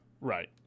right